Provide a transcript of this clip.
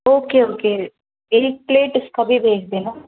okay okay एक plate इसका भी भेज देना